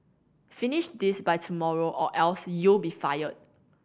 finish this by tomorrow or else you'll be fired